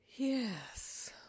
Yes